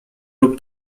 lub